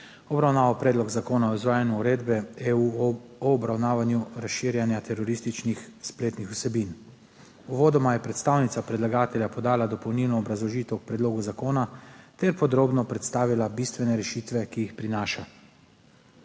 obravnaval Predlog zakona o izvajanju Uredbe (EU) o obravnavanju razširjanja terorističnih spletnih vsebin. Uvodoma je predstavnica predlagatelja podala dopolnilno obrazložitev k predlogu zakona ter podrobno predstavila bistvene rešitve, ki jih prinaša.